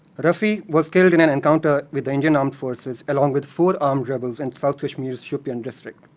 rafi was killed in an encounter with indian armed forces, along with four armed rebels, in south kashmir's shopian district.